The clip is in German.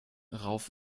rauf